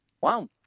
Wow